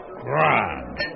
grand